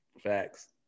Facts